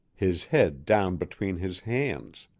his head down between his hands.